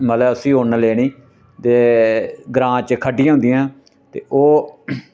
मतलब उसी उन्न लैनी ते ग्रांऽ च खड्डियां होंदियां ते ओह्